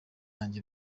yanjye